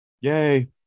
Yay